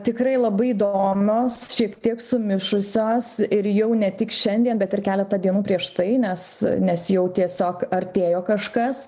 tikrai labai įdomios šiek tiek sumišusios ir jau ne tik šiandien bet ir keletą dienų prieš tai nes nes jau tiesiog artėjo kažkas